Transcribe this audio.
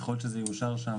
ככל שזה יאושר שם,